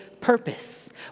purpose